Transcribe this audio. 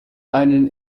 einen